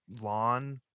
lawn